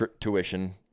tuition